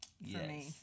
yes